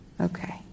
Okay